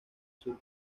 sur